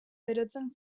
berotzen